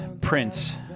Prince